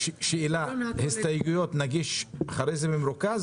את הסתייגויות נגיש אחרי זה במרוכז?